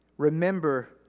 Remember